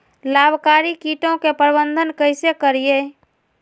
लाभकारी कीटों के प्रबंधन कैसे करीये?